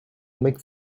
make